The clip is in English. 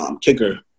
kicker